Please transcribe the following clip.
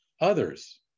others